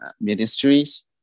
ministries